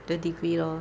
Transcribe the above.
the degree lor